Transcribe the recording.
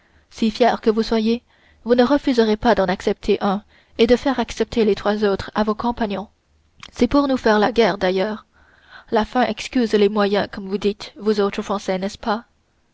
si fier que vous soyez vous ne refuserez pas d'en accepter un et de faire accepter les trois autres à vos compagnons c'est pour nous faire la guerre d'ailleurs la fin excuse les moyens comme vous dites vous autres français n'est-ce pas